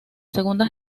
segunda